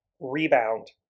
rebound